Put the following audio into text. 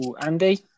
Andy